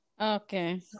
Okay